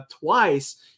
twice